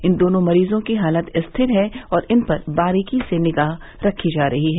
इन दोनों मरीजों की हालत स्थिर है और इन पर बारीकी से निगाह रखी जा रही है